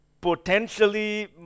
potentially